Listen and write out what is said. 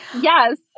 Yes